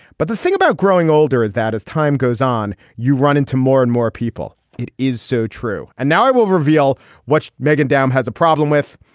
but the thing about growing older is that as time goes on you run into more and more people. it is so true. and now i will reveal what meghan down has a problem with.